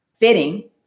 fitting